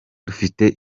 dufite